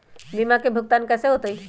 बीमा के भुगतान कैसे होतइ?